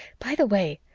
by the way,